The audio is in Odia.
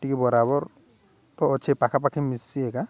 ଟିକେ ବରାବର ତ ଅଛେ ପାଖାପାଖି ମିଶିଛି ଏକା